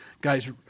guys